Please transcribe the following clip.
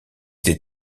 des